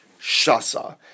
Shasa